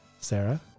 Sarah